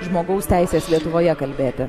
žmogaus teises lietuvoje kalbėti